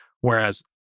Whereas